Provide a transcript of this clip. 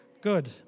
Good